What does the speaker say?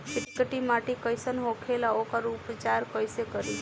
चिकटि माटी कई सन होखे ला वोकर उपचार कई से करी?